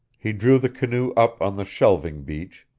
he drew the canoe up on the shelving beach,